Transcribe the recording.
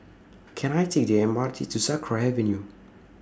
Can I Take The M R T to Sakra Avenue